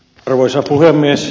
arvoisa puhemies